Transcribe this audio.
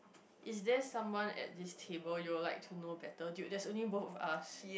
is there anyone at this table you will like to know better dude there's only both of us